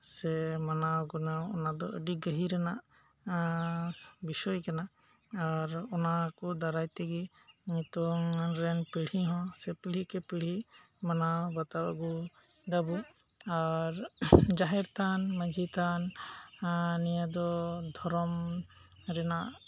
ᱥᱮ ᱢᱟᱱᱟᱣ ᱜᱩᱱᱟᱹᱣ ᱚᱱᱟᱫᱚ ᱟᱹᱰᱤ ᱜᱟᱹᱦᱤᱨ ᱟᱱᱟᱜ ᱵᱤᱥᱚᱭ ᱠᱟᱱᱟ ᱟᱨ ᱚᱱᱟᱠᱚ ᱫᱟᱨᱟᱭ ᱛᱤᱜᱮ ᱱᱤᱛᱚᱝᱨᱮᱱ ᱯᱤᱲᱦᱤ ᱦᱚᱸ ᱯᱤᱲᱦᱤᱠᱮ ᱯᱤᱲᱦᱤ ᱢᱟᱱᱟᱣ ᱵᱟᱛᱟᱣ ᱟᱹᱜᱩ ᱫᱟᱵᱚ ᱟᱨ ᱡᱟᱦᱮᱨ ᱛᱷᱟᱱ ᱢᱟᱺᱡᱷᱤ ᱛᱷᱟᱱ ᱱᱤᱭᱟᱹ ᱫᱚ ᱫᱷᱚᱨᱚᱢ ᱨᱮᱭᱟᱜ